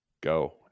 go